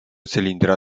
cylindra